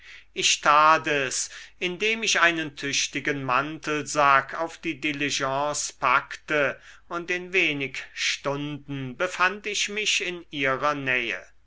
ich tat es indem ich einen tüchtigen mantelsack auf die diligence packte und in wenig stunden befand ich mich in ihrer nähe